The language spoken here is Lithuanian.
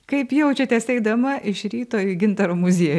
kaip jaučiatės eidama iš ryto į gintaro muziejų